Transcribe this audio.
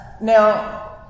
Now